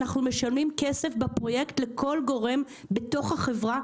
אנחנו משלמים כסף בפרויקט לכל גורם בתוך החברה.